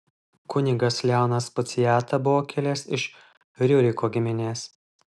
kunigas leonas puciata buvo kilęs iš riuriko giminės